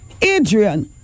Adrian